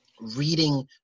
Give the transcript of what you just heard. reading